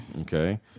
Okay